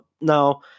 Now